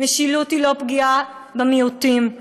משילות היא לא פגיעה במיעוטים,